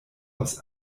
aus